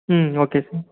ம் okay sir